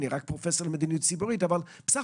אני רק פרופסור למדיניות ציבורית אבל בסך